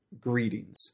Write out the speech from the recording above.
greetings